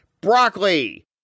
broccoli